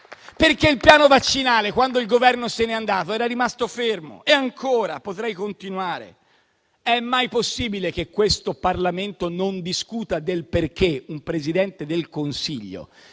Perché il piano vaccinale, quando il Governo se n'è andato, era rimasto fermo. Ancora, potrei continuare. È mai possibile che questo Parlamento non discuta delle azioni di un Presidente del Consiglio?